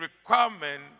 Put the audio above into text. requirement